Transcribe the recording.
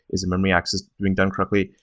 is the memory access being done correctly?